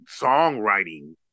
songwriting